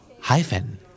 hyphen